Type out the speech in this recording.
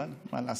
אבל מה לעשות,